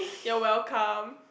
you're welcome